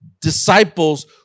disciples